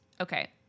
okay